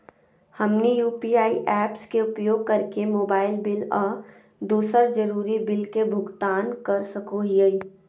हमनी UPI apps के उपयोग करके मोबाइल बिल आ दूसर जरुरी बिल के भुगतान कर सको हीयई